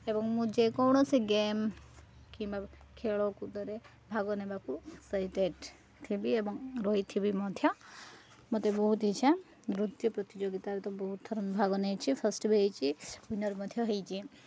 ଏବଂ ମୁଁ ଯେକୌଣସି ଗେମ୍ କିମ୍ବା ଖେଳକୁଦରେ ଭାଗ ନେବାକୁ ଏକ୍ସାଇଟେଡ଼୍ ଥିବି ଏବଂ ରହିଥିବି ମଧ୍ୟ ମୋତେ ବହୁତ ଇଚ୍ଛା ନୃତ୍ୟ ପ୍ରତିଯୋଗିିତାରେ ତ ବହୁତ ଥର ଭାଗ ନେଇଛି ଫାଷ୍ଟ ବି ହେଇଛି ୱିନର ମଧ୍ୟ ହେଇଛି